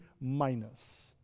minus